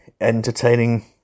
entertaining